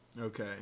Okay